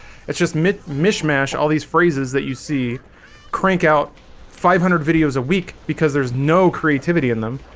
it's just mit mishmash all these phrases that you see crank out five hundred videos a week because there's no creativity in them